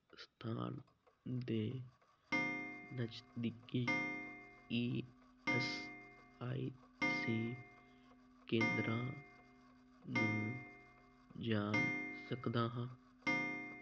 ਸਥਾਨ ਦੇ ਨਜ਼ਦੀਕੀ ਈ ਐਸ ਆਈ ਸੀ ਕੇਂਦਰਾਂ ਨੂੰ ਜਾਣ ਸਕਦਾ ਹਾਂ